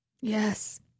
Yes